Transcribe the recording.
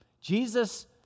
Jesus